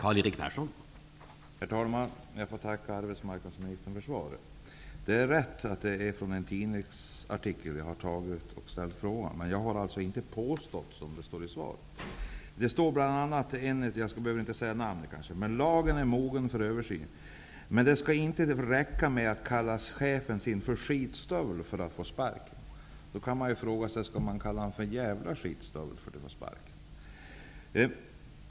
Herr talman! Jag tackar arbetsmarknadsministern för svaret. Det är riktigt att jag har ställt frågan utifrån en tidningsartikel, men jag har inte påstått det som står i svaret. Det står bl.a. att lagen är mogen för översyn, men det skall inte räcka med att kalla sin chef för skitstövel för att få sparken. Då kan man ju fråga sig om man skall kalla honom för djävla skitstövel för att få sparken.